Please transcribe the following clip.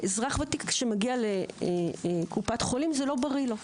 אזרח ותיק שמגיע לקופת חולים, זה לא בריא לו.